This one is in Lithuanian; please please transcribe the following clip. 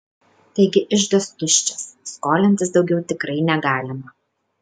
taigi iždas tuščias skolintis daugiau tikrai negalima